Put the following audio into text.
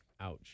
Ouch